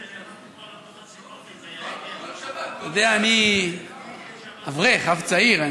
השר מספר, אתה יודע, אני אברך, אב צעיר.